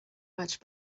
much